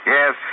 Yes